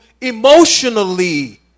emotionally